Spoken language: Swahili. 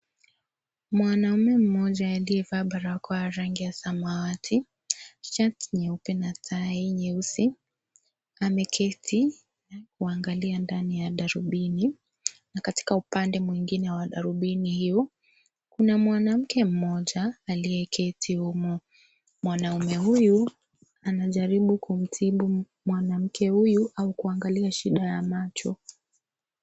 Mwanamume mmoja aliyevaa barakoa ya rangi ya samawati, tishati nyeupa na tai nyeusi. Ameketi kuangalia ndani ya darubini. Na katika upande mwingine wa darubini hiyo, kuna mwanamke mmoja aliyeketi humo. Mwanamume huyu anajaribu kumtibu mwanamke huyu au kuangalia shida ya macho.